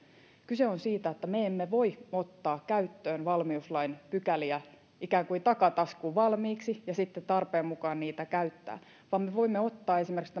kyse on siitä että me emme voi ottaa käyttöön valmiuslain pykäliä ikään kuin takataskuun valmiiksi ja sitten tarpeen mukaan niitä käyttää vaan me voimme ottaa esimerkiksi